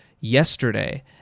yesterday